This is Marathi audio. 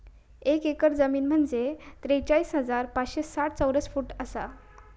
एक एकर जमीन म्हंजे त्रेचाळीस हजार पाचशे साठ चौरस फूट आसा